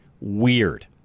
weird